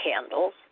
candles